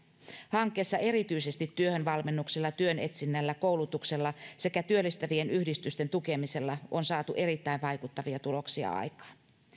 hankkeessa erityisesti työhönvalmennuksella ja työn etsinnällä koulutuksella sekä työllistävien yhdistysten tukemisella on saatu erittäin vaikuttavia tuloksia aikaan